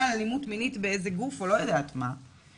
על אלימות מינית באיזה גוף או לא יודעת מה,